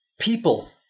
people